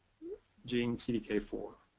gene, c d k four.